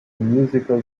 musical